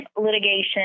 litigation